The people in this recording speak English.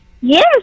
Yes